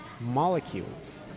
molecules